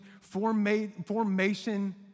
formation